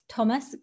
Thomas